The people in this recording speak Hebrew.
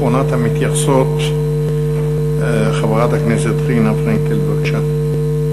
אחרונה המתייחסות, חברת הכנסת רינה פרנקל, בבקשה.